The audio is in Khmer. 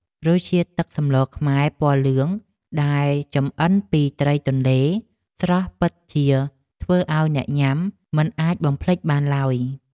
រសជាតិទឹកសម្លខ្មែរពណ៌លឿងដែលចម្អិនពីត្រីទន្លេស្រស់ពិតជាធ្វើឱ្យអ្នកញ៉ាំមិនអាចបំភ្លេចបានឡើយ។